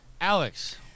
Alex